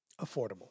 affordable